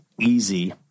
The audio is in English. easy